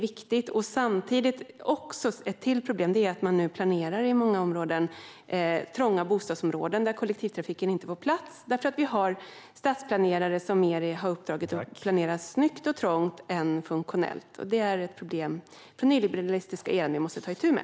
Ett annat problem är att man i många områden planerar trånga bostadsområden där kollektivtrafiken inte får plats eftersom vi har stadsplanerare som har i uppdrag att planera snyggt och trångt i stället för funktionellt. Det är ett problem från den nyliberala eran som vi måste ta itu med.